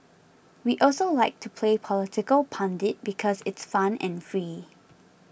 we also like to play political pundit because it's fun and free